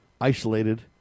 isolated